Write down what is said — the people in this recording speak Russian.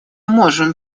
можем